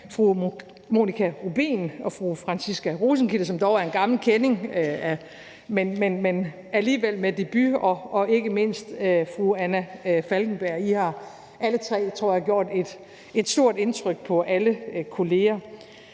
Fru Monika Rubin og fru Franciska Rosenkilde, som dog er en gammel kending, men alligevel med debut, og ikke mindst fru Anna Falkenberg, I har alle tre gjort et stort indtryk på alle kolleger.